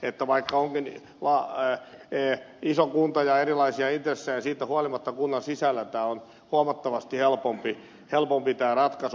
että vaikka onkin iso kunta ja erilaisia intressejä siitä huolimatta kunnan sisällä on huomattavasti helpompi tämä ratkaisu